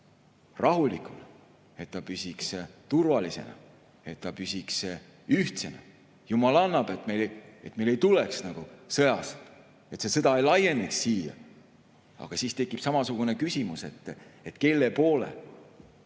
rahulikuna, et ta püsiks turvalisena, et ta püsiks ühtsena? Loodame, et jumal annab, et meile ei tuleks sõda, et see ei laieneks siia. Aga siis tekib samasugune küsimus, et kumma poole